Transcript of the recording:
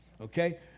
Okay